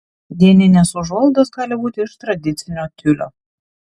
dieninės užuolaidos gali būti iš tradicinio tiulio